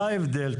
מה ההבדל?